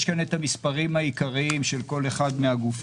יש כאן את המספרים העיקריים של כל אחד מהגופים.